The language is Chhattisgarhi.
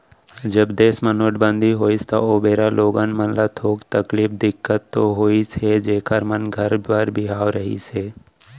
जब देस म नोटबंदी होइस त ओ बेरा लोगन मन ल थोक तकलीफ, दिक्कत तो होइस हे जेखर मन घर बर बिहाव रहिस हे